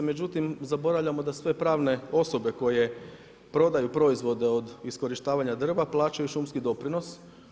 Međutim, zaboravljamo da sve pravne osobe koje prodaju proizvode od iskorištavanja drva plaćaju šumski doprinos.